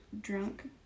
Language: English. drunk